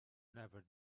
never